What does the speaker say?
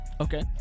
Okay